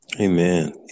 Amen